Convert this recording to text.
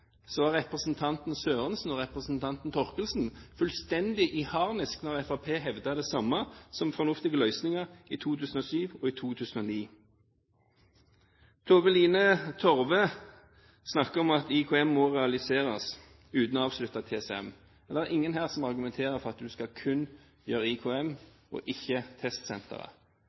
så var representantene Sørensen og Thorkildsen fullstendig i harnisk da Fremskrittspartiet hevdet at det samme var fornuftige løsninger i 2007 og 2009. Tove-Lise Torve snakker om at Industrikraft Møre må realiseres uten å avslutte TCM. Det er ingen her som argumenterer for at vi kun gjør IKM og ikke testsenteret.